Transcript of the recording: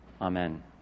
Amen